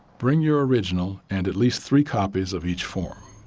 bring your original and at least three copies of each form.